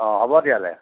অ হ'ব দিয়া তেতিয়াহ'লে